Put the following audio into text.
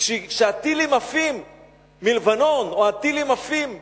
כשהטילים עפים מלבנון או הטילים עפים מעזה,